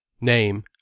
Name